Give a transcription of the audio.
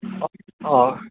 অঁ অঁ